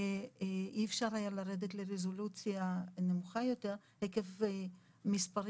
אי אפשר היה לרדת לרזולוציה נמוכה יותר עקב מספרים